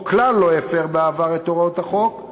או כלל לא הפר בעבר את הוראות החוק,